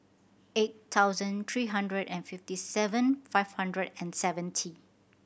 eight thousand three hundred and fifty seven five hundred and seventy